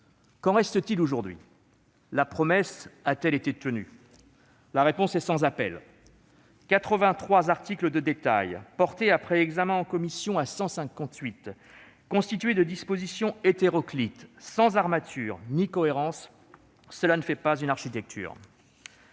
Qu'en reste-t-il aujourd'hui ? La promesse a-t-elle été tenue ? La réponse est sans appel : 83 articles de détails, portés à 158 après examen en commission, constitués de dispositions hétéroclites sans armature ni cohérence. Cela ne fait pas une architecture.